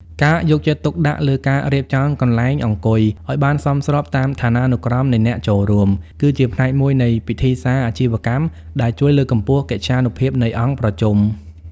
ការយកចិត្តទុកដាក់លើការរៀបចំកន្លែងអង្គុយឱ្យបានសមស្របតាមឋានានុក្រមនៃអ្នកចូលរួម គឺជាផ្នែកមួយនៃពិធីសារអាជីវកម្មដែលជួយលើកកម្ពស់កិត្យានុភាពនៃអង្គប្រជុំ។